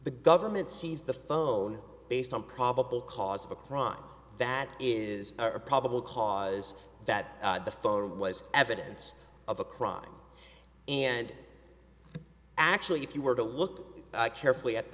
the government sees the phone based on probable cause of a crime that is a probable cause that the phone was evidence of a crime and actually if you were to look carefully at